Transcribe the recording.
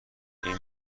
این